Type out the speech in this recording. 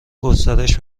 گسترش